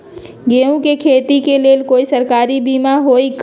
गेंहू के खेती के लेल कोइ सरकारी बीमा होईअ का?